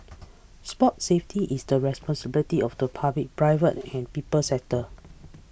sports safety is the responsibility of the public private and people sectors